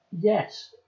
Yes